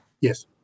Yes